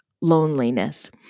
Loneliness